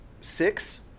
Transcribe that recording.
six